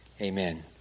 amen